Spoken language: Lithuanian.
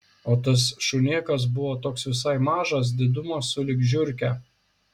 o tas šunėkas buvo toks visai mažas didumo sulig žiurke